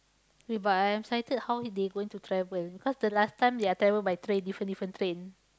eh but I'm excited how they going to travel because the last time they travel by train different different train